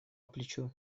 плечу